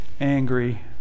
angry